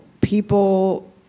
people